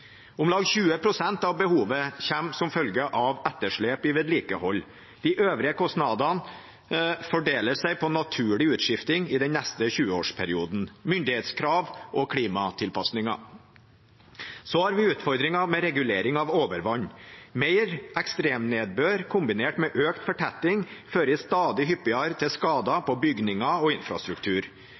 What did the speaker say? Om lag 20 pst. av behovet kommer som følge av etterslep i vedlikehold. De øvrige kostnadene fordeler seg på naturlig utskifting i den neste tjueårsperioden, myndighetskrav og klimatilpasninger. Vi har også utfordringer med regulering av overvann. Mer ekstremnedbør, kombinert med økt fortetting, fører stadig hyppigere til skader på bygninger og infrastruktur.